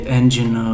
engine